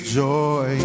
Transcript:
joy